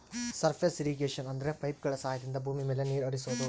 surface irrigation ಅಂದ್ರೆ ಪೈಪ್ಗಳ ಸಹಾಯದಿಂದ ಭೂಮಿ ಮೇಲೆ ನೀರ್ ಹರಿಸೋದು